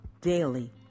daily